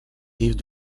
rives